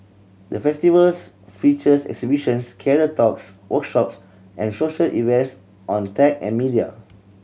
the Festivals features exhibitions career talks workshops and social events on tech and media